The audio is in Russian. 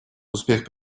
успех